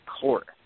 court